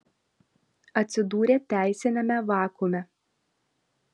atsidūrė teisiniame vakuume